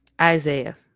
Isaiah